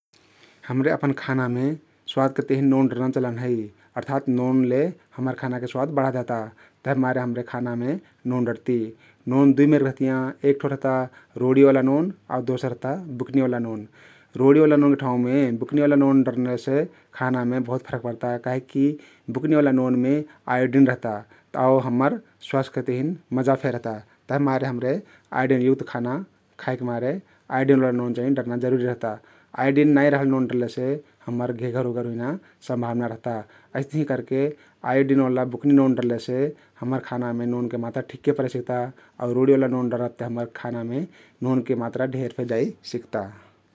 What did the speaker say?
हम्रे अपन खानामे स्वादके तहिन नोन डरना चलन हइ अर्थात नोनले हम्मर खानाके स्वाद बढा देहता । तभिमारे हम्रे खानामे नोन डरती । नोन दुई मेरके रहतियाँ, एक ठो रहता रोडी ओला नोन आउर दोसर रहता बुक्नी ओला नोन । रोडी ओला नोनके ठाउँमे बुक्नी ओला नोन डरलेसे खानामे बाहुत फरक पर्ता काहिकी बुक्नी ओला नोनमे आयोडिन रहता आउ हम्मर स्वास्थ्यके तहिन मजा फे रहता । तभिमारे हमरे आयोडिन युक्त खाना खाइक मारे आयोडिन ओला नोन डर्ना चाहिं जरुरी रहता । आयोडिन नाई रहल नोन डरलेसे हम्मर घेघर उघर हुइना सम्भवना रहता । अइस्तहिं करके आयोडिन ओला बुक्नी नोन डरलेसे हम्मर खानामे नोनके मात्रा ठिक्के परे सिक्ता आउ रोडी ओला नोन डारब ते हम्मर खानामे नोनके मात्रा जेदा फे जाइ सिक्ता ।